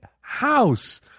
House